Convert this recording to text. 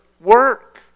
work